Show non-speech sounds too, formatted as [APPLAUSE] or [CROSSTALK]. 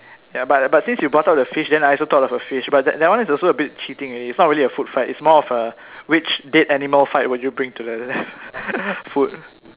ya but but since you brought up the fish then I also thought of a fish but that that one is also a bit cheating already it's not really a food fight it's more of a which dead animal fight would you print to the [LAUGHS] food